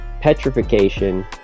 petrification